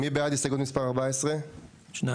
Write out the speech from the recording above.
הסתייגות מספר 14. הצבעה בעד,